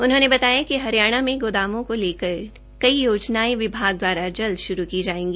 उन्होंने बताया कि हरियाणा मे गोदामों को लेकर योजनायें विभाग द्वारा जल्द शुरू की जायेगी